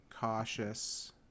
cautious